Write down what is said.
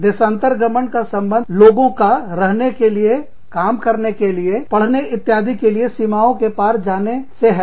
देशांतरगमन का संबंध लोगों का रहने के लिए काम करने के लिए पढ़ने इत्यादि के लिए सीमाओं के पार जाने से है